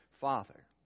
Father